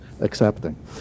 accepting